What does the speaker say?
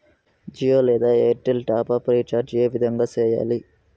జియో లేదా Airtel top up recharge ఏ విధంగా సేయాలి